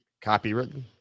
copywritten